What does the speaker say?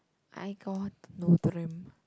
I got no dream